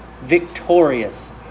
victorious